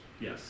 yes